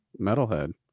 metalhead